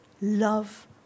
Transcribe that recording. love